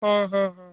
ᱦᱮᱸ ᱦᱮᱸ ᱦᱮᱸ